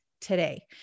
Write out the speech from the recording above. today